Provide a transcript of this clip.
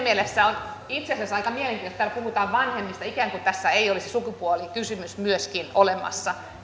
mielessä on itse asiassa aika mielenkiintoista että täällä puhutaan vanhemmista ikään kuin tässä ei olisi sukupuolikysymys myöskin olemassa